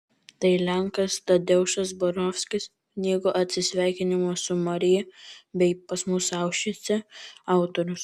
tai lenkas tadeušas borovskis knygų atsisveikinimas su marija bei pas mus aušvice autorius